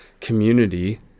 community